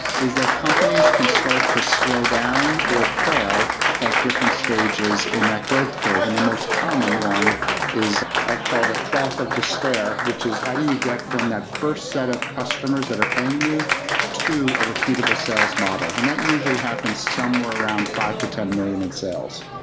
is that companies can start to slow down or fail at different stages in that growth curve. curve. and the most common one is i call the trough of despair, which is how do you get from that first set of customers that are paying you to a reputable sales model? and that usually happens somewhere around five to ten million in sales.